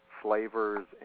flavors